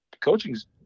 coaching's